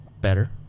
better